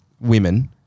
women